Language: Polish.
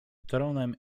tronem